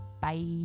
Bye